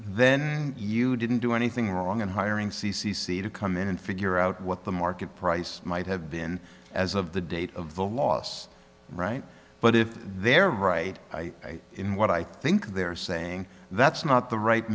then you didn't do anything wrong in hiring c c c to come in and figure out what the market price might have been as of the date of the loss right but if they're right i mean what i think they're saying that's not the right